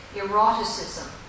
eroticism